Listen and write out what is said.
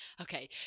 Okay